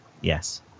Yes